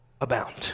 abound